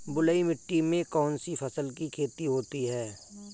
बलुई मिट्टी में कौनसी फसल की खेती होती है?